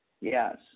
Yes